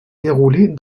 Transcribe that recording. déroulée